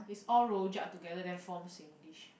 it's all rojak together then form singlish